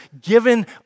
given